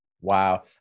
Wow